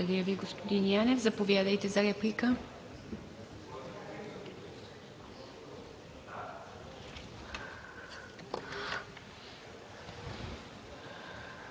Ви, господин Янев. Заповядайте, за реплика.